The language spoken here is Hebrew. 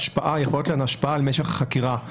יכולות להיות להן השפעה על משך החקירה.